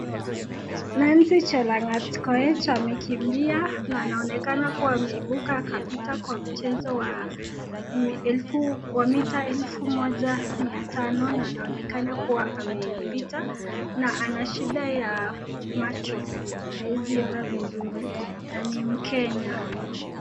Nancy Chalangat Koech amekimbia na anaonekana kuwa ameibuka kapita kwa mchezo wa mita elfu moja mia tano na anaonekana kuwa amepita na ana shida ya macho hawezi ona vizuri na ni Mkenya.